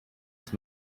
rich